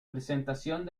presentación